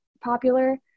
popular